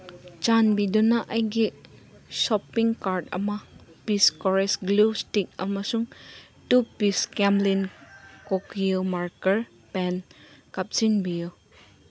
ꯆꯥꯟꯕꯤꯗꯨꯅ ꯑꯩꯒꯤ shopping cart ꯑꯃ ꯄꯤꯁ ꯀꯣꯔꯦꯁ ꯒ꯭ꯂꯨ ꯏꯁꯇꯤꯛ ꯑꯃꯁꯨꯡ two piece Camlin Kokuyo marker pen ꯀꯥꯞꯁꯤꯟꯕꯤꯌꯨ